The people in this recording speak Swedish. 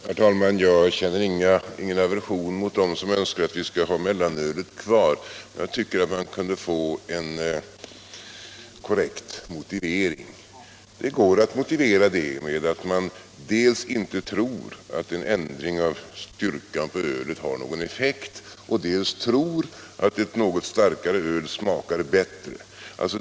Herr talman! Jag känner ingen aversion mot dem som önskar att vi skall ha mellanölet kvar, men jag tycker att man kunde få en korrekt motivering för det. Det går att motivera det med att man dels inte tror att en ändring av styrkan på ölet har någon effekt, dels tror att ett något starkare öl smakar bättre.